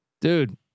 Dude